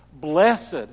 Blessed